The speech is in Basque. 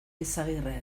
eizagirre